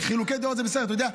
חילוקי דעות זה בסדר.